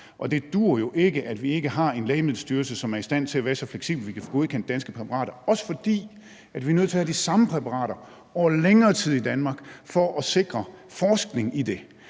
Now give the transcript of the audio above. og det duer jo ikke, at vi ikke har en Lægemiddelstyrelse, som er i stand til at være så fleksibel, at vi kan få godkendt danske præparater, også fordi vi er nødt til at have de samme præparater over længere tid i Danmark for at sikre forskning i det.